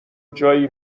جایی